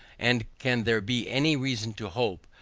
and can there be any reason to hope,